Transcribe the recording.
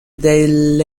del